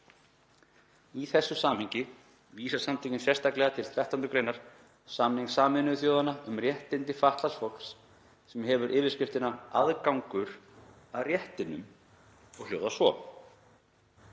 Í þessu samhengi vísa samtökin sérstaklega til 13. gr. samnings SÞ um réttindi fatlaðs fólks sem hefur yfirskriftina Aðgangur að réttinum og hljóðar svo: